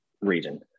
region